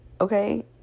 Okay